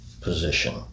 position